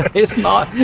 it's ah